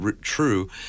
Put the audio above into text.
true